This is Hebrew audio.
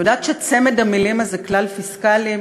אני יודעת שצמד המילים הזה "כלל פיסקלי"